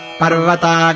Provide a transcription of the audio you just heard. Parvata